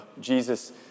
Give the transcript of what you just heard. Jesus